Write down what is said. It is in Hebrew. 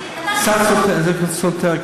קצת סותר,